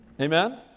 Amen